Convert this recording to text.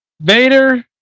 Vader